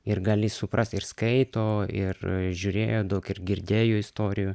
ir gali suprast ir skaito ir žiūrėjo daug ir girdėjo istorijų